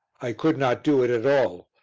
i could not do it at all,